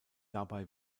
dabei